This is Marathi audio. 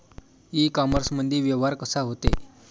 इ कामर्समंदी व्यवहार कसा होते?